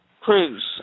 Cruise